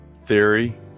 theory